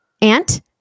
aunt